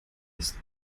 ist